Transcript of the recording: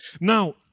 now